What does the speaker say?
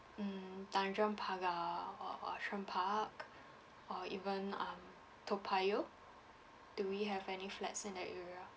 mm tanjong pagar or ocean park or even um toa payoh do we have any flats in that area